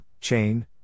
chain